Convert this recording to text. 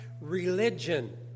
religion